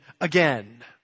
again